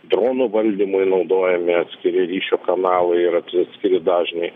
dronų valdymui naudojami atskiri ryšio kanalai yra trys atskiri dažniai